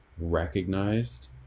recognized